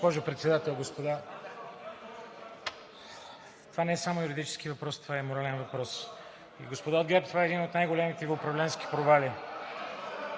Госпожо Председател, господа! Това не е само юридически въпрос, това е и морален въпрос. Господа от ГЕРБ, това е един от най големите управленски провали.